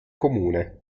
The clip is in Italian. comune